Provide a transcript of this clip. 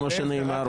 כמו שנאמר --- זאב,